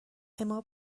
اما